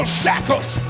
shackles